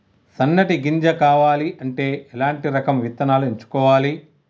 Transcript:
సన్నటి గింజ రావాలి అంటే ఎలాంటి రకం విత్తనాలు ఎంచుకోవాలి?